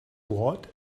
what